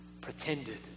pretended